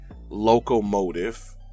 locomotive